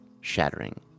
shattering